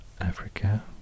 Africa